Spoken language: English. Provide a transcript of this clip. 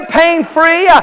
pain-free